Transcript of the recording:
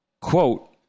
quote